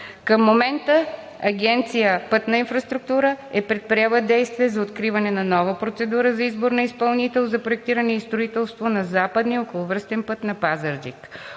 Към момента Агенция „Пътна инфраструктура“ е предприела действия за откриване на нова процедура за избор на изпълнител за проектиране и строителство на Западния околовръстен път на Пазарджик.